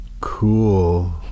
Cool